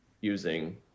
using